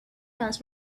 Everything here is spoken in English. guns